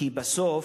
כי בסוף,